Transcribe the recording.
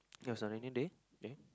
it was a rainy day okay